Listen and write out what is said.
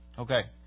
Okay